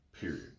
period